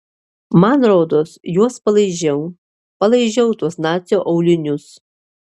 man rodos juos palaižiau palaižiau tuos nacio aulinius